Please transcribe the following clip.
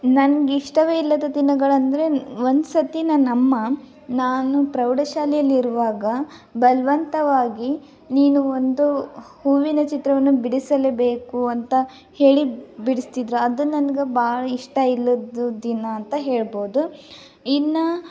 ನನ್ಗೆ ಇಷ್ಟವೇ ಇಲ್ಲದ ದಿನಗಳಂದರೆ ಒಂದು ಸರ್ತಿ ನನ್ನ ಅಮ್ಮ ನಾನು ಪ್ರೌಢಶಾಲೆಯಲ್ಲಿರುವಾಗ ಬಲವಂತವಾಗಿ ನೀನು ಒಂದು ಹೂವಿನ ಚಿತ್ರವನ್ನು ಬಿಡಿಸಲೇ ಬೇಕು ಅಂತ ಹೇಳಿ ಬಿಡಿಸ್ತಿದ್ರು ಅದು ನನ್ಗೆ ಭಾಳ ಇಷ್ಟ ಇಲ್ಲದ ದಿನ ಅಂತ ಹೇಳ್ಬೋದು ಇನ್ನು